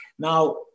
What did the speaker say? Now